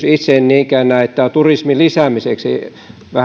itse en niinkään näe tätä turismin lisäämiseksi